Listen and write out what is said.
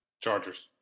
Chargers